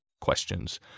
questions